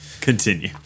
Continue